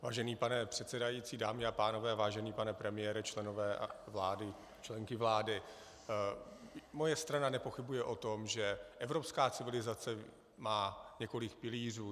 Vážený pane předsedající, dámy a pánové, vážený pane premiére, členové a členky vlády, moje strana nepochybuje o tom, že evropská civilizace má několik pilířů.